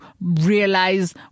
realize